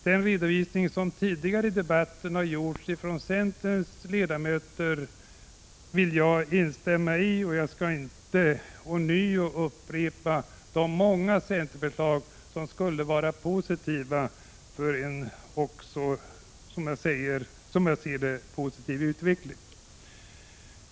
Den redovisning som centerns företrädare har gjort tidigare under debatten vill jag instämma i, och jag skall inte upprepa de många centerförslag vars genomförande skulle bidra till en positiv utveckling.